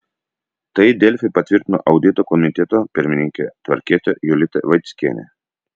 tai delfi patvirtino audito komiteto pirmininkė tvarkietė jolita vaickienė